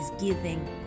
giving